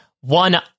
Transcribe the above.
one